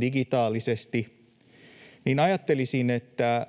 digitaalisesti, niin ajattelisin, että